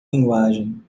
linguagem